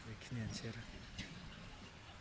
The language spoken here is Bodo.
बेखिनियानोसै आरो